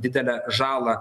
didelę žalą